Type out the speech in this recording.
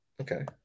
Okay